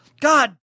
God